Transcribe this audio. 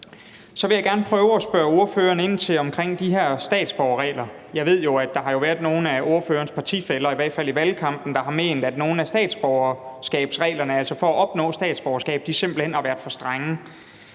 Så vil jeg gerne prøve at spørge ordføreren ind til de her statsborgerregler. Jeg ved jo, at der har været nogle af ordførerens partifæller, i hvert fald i valgkampen, der har ment, at nogle af reglerne for at opnå statsborgerskab simpelt hen har været for strenge.